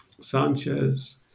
Sanchez